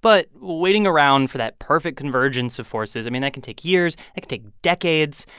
but waiting around for that perfect convergence of forces, i mean, that can take years that can take decades.